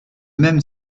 même